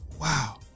Wow